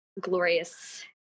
glorious